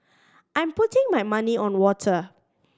I'm putting my money on water